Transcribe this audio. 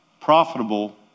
profitable